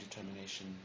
determination